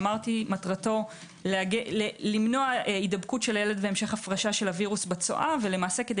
מטרתו למנוע הידבקות של הילד והמשך הפרשה של הווירוס בצואה וכדי